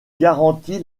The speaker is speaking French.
garantit